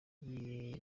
zihambaye